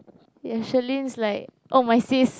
ya Sherlyn is like oh my sis